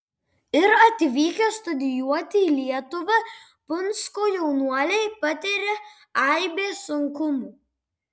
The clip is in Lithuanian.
ir atvykę studijuoti į lietuvą punsko jaunuoliai patiria aibes sunkumų